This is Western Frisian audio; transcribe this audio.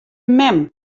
mem